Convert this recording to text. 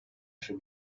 for